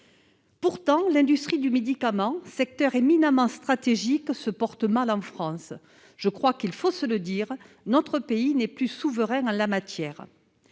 Pourtant, l'industrie du médicament, secteur éminemment stratégique, se porte mal en France. Il faut se le dire : notre pays n'est plus souverain en la matière